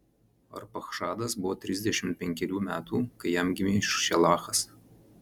arpachšadas buvo trisdešimt penkerių metų kai jam gimė šelachas